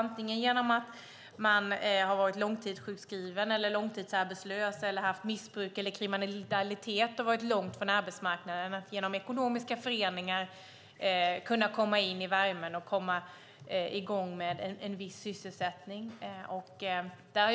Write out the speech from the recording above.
De kan ha varit långtidssjukskrivna eller långtidsarbetslösa, missbrukare eller kriminella och varit långt från arbetsmarknaden. Genom ekonomiska föreningar har de kunnat komma in i värmen och få en viss sysselsättning.